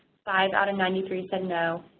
five out of ninety three said no,